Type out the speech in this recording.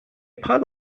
part